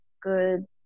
good